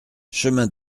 chemin